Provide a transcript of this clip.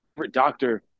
doctor